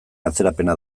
atzerapena